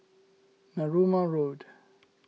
Narooma Road